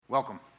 Welcome